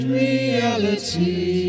reality